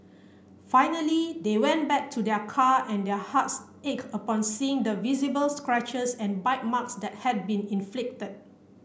finally they went back to their car and their hearts ached upon seeing the visible scratches and bite marks that had been inflicted